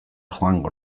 joango